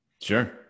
Sure